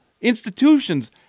institutions